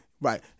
right